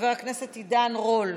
חבר הכנסת עידן רול,